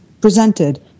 presented